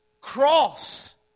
cross